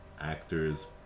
actors